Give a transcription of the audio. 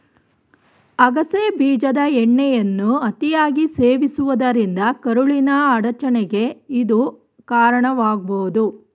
ಅಗಸೆ ಬೀಜದ ಎಣ್ಣೆಯನ್ನು ಅತಿಯಾಗಿ ಸೇವಿಸುವುದರಿಂದ ಕರುಳಿನ ಅಡಚಣೆಗೆ ಇದು ಕಾರಣವಾಗ್ಬೋದು